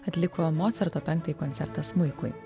atliko mocarto penktąjį koncertą smuikui